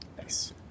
Nice